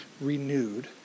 renewed